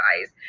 guys